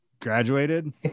graduated